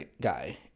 guy